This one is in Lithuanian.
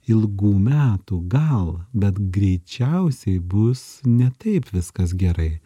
ilgų metų gal bet greičiausiai bus ne taip viskas gerai